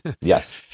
yes